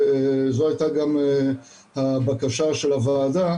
זו הייתה גם הבקשה של הוועדה,